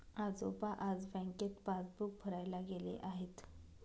आजोबा आज बँकेत पासबुक भरायला गेले आहेत